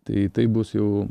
tai tai bus jau